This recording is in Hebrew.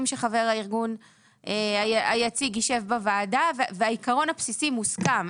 שחבר הארגון היציג יישב בוועדה והעיקרון הבסיסי מוסכם,